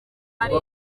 hari